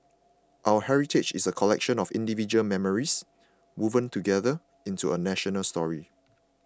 our heritage is a collection of individual memories woven together into a national story